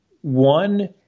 One